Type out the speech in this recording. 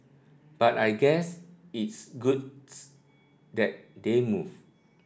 but I guess it's good that they move